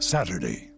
Saturday